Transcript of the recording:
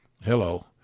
Hello